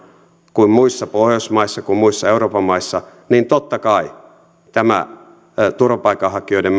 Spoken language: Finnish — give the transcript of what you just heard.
kuin muissa pohjoismaissa ja euroopan maissa niin totta kai tämä turvapaikanhakijoiden